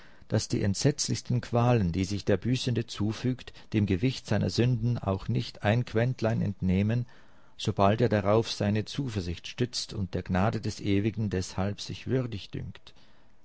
daß die entsetzlichsten qualen die sich der büßende zufügt dem gewicht seiner sünden auch nicht ein quentlein entnehmen sobald er darauf seine zuversicht stützt und der gnade des ewigen deshalb sich würdig dünkt